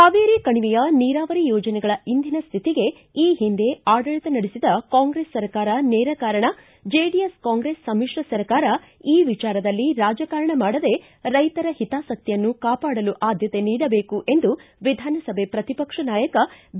ಕಾವೇರಿ ಕಣಿವೆಯ ನೀರಾವರಿ ಯೋಜನೆಗಳ ಇಂದಿನ ಸ್ಮಿತಿಗೆ ಈ ಹಿಂದೆ ಆಡಳಿತ ನಡೆಸಿದ ಕಾಂಗ್ರೆಸ್ ಸರ್ಕಾರ ನೇರ ಕಾರಣ ಜೆಡಿಎಸ್ ಕಾಂಗ್ರೆಸ್ ಸಮಿತ್ರ ಸರ್ಕಾರ ಈ ವಿಚಾರದಲ್ಲಿ ರಾಜಕಾರಣ ಮಾಡದೇ ರೈತರ ಹಿತಾಸಕ್ತಿಯನ್ನು ಕಾವಾಡಲು ಆದ್ಯತೆ ನೀಡಬೇಕು ಎಂದು ವಿಧಾನಸಭೆ ಪ್ರತಿಪಕ್ಷ ನಾಯಕ ಬಿ